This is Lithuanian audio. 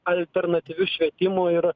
alternatyviu švietimu ir